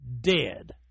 dead